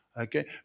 okay